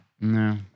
No